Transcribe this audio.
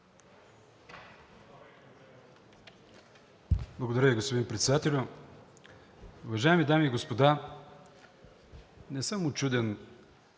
Благодаря Ви, господин Председателю. Уважаеми дами и господа! Не съм учуден